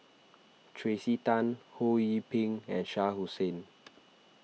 Tracey Tan Ho Yee Ping and Shah Hussain